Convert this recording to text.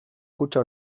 kutxa